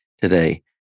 today